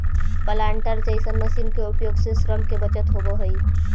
planter जईसन मशीन के उपयोग से श्रम के बचत होवऽ हई